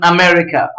America